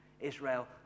Israel